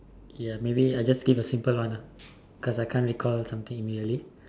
ya maybe I just give a simple one lah because I can't recall something immediately